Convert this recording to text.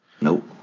Nope